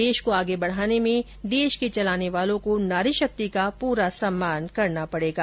देश को आगे बढ़ाने में देश के चलाने वालों को नारी शक्ति का पूरा सम्मान करने पड़ेगा